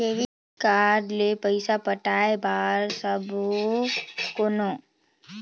Debit card ले पइसा पटाय बार सकबो कौन?